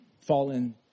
fallen